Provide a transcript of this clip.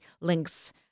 links